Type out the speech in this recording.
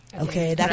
Okay